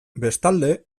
bestalde